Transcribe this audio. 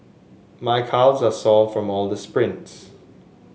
my calves are sore from all the sprints